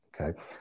okay